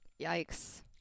Yikes